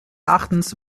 erachtens